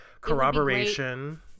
corroboration